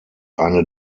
eine